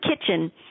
kitchen